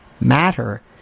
matter